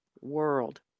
world